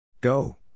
Go